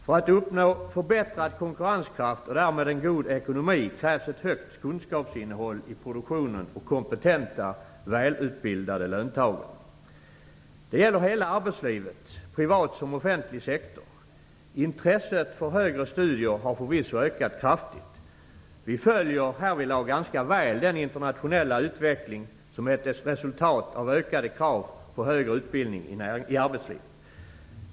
För att uppnå förbättrad konkurrenskraft och därmed en god ekonomi krävs ett högt kunskapsinnehåll i produktionen och kompetenta välutbildade löntagare. Det gäller hela arbetslivet, privat som offentlig sektor. Intresset för högre studier har förvisso ökat kraftigt. Vi följer härvidlag ganska väl den internationella utveckling som är ett resultat av ökade krav på högre utbildning i arbetslivet.